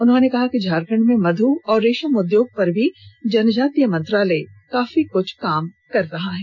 उन्होंने कहा कि झारखंड में भी मधु और रेशम उद्योग पर भी जनजाति मंत्रालय काफी कुछ काम कर रहा है